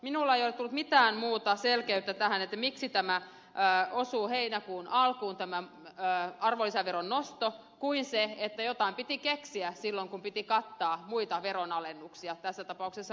minulle ei ole tullut mitään muuta selkeää syytä tähän miksi tämä arvonlisäveron nosto osuu heinäkuun alkuun kuin se että jotain piti keksiä silloin kun piti kattaa muita veronalennuksia tässä tapauksessa ruuan arvonlisäveroa